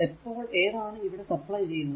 അപ്പോൾ ഏതാണ് ഇവിടെ സപ്ലൈ ചെയ്യുന്നത്